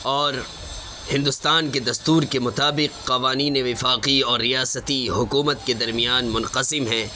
اور ہندوستان کے دستور کے مطابق قوانین وفاقی اور ریاستی حکومت کے درمیان منقسم ہیں